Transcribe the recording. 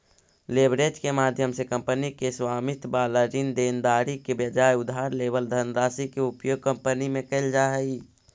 leverage के माध्यम से कंपनी के स्वामित्व वाला ऋण देनदारी के बजाय उधार लेवल धनराशि के उपयोग कंपनी में कैल जा हई